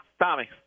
Tommy